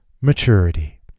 Maturity